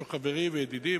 שהוא חברי וידידי,